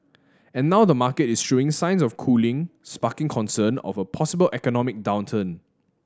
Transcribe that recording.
and now the market is showing signs of cooling sparking concern of a possible economic downturn